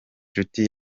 nshuti